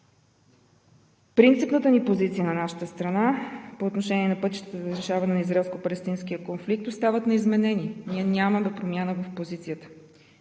Принципната позиция на нашата страна по отношение на пътищата за решаване на израелско-палестинския конфликт остават неизменени. Ние нямаме промяна в позицията